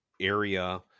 area